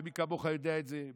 ומי כמוך יודע את זה,